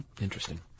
Interesting